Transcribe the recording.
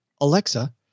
Alexa